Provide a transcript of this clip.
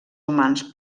humans